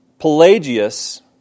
Pelagius